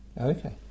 Okay